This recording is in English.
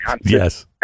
yes